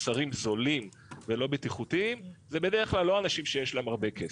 ממוצרים זולים ולא בטיחותיים זה בדרך כלל לא אנשים שיש להם הרבה כסף,